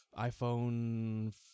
iPhone